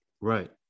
Right